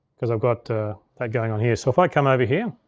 cause i've got that going on here. so if i come over here,